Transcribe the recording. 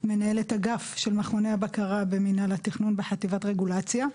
מנהלת אגף של מכוני הבקרה במינהל התכנון בחטיבת רגולציה.